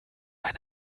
ein